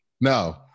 No